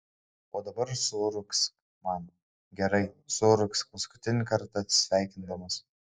o dabar suurgzk man gerai suurgzk paskutinį kartą atsisveikindamas